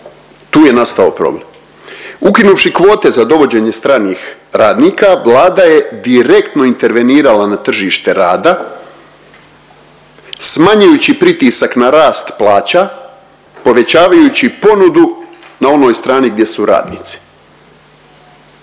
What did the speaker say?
Tu je nastao problem. Ukinuvši kvote za dovođenje stranih radnika Vlada je direktno intervenirala na tržište rada smanjujući pritisak na rast plaća povećavajući ponudu na onoj strani gdje su radnici.